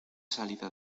salida